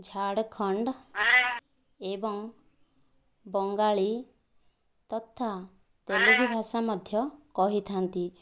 ଝାଡ଼ଖଣ୍ଡ ଏବଂ ବଙ୍ଗାଳି ତଥା ତେଲୁଗୁ ଭାଷା ମଧ୍ୟ କହିଥାନ୍ତି